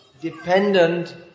dependent